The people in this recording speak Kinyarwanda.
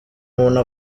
muntu